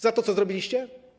Za to co zrobiliście?